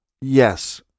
Yes